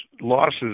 Losses